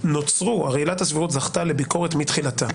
הרי עילת הסבירות זכתה לביקורת מתחילתה